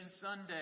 Sunday